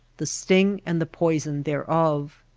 the sting and the poison thereof.